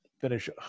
finish